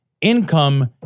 income